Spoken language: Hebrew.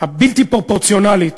הבלתי-פרופורציונלית